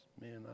man